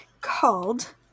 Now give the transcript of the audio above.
called